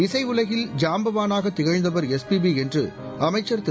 இசையுலகில் ஜாம்பவனாக திகழ்ந்தவர் எஸ்பியி என்று அமைச்சர் திரு